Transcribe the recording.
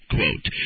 Quote